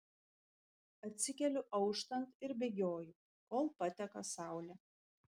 atsikeliu auštant ir bėgioju kol pateka saulė